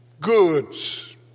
goods